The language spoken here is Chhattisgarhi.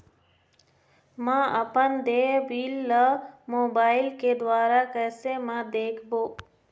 म अपन देय बिल ला मोबाइल के द्वारा कैसे म देखबो?